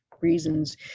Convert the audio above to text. reasons